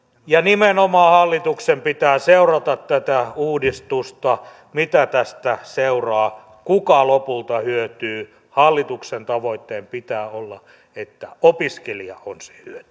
nimenomaan hallituksen pitää seurata tätä uudistusta mitä tästä seuraa kuka lopulta hyötyy hallituksen tavoitteen pitää olla että opiskelija on